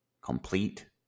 complete